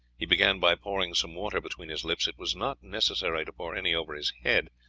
he began by pouring some water between his lips. it was not necessary to pour any over his head,